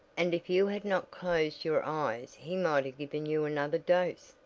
and if you had not closed your eyes he might have given you another dose,